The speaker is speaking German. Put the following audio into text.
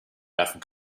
werfen